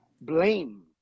blame